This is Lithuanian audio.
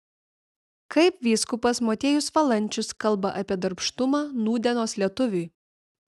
kaip vyskupas motiejus valančius kalba apie darbštumą nūdienos lietuviui